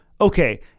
Okay